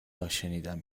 هاشنیدم